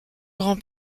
grand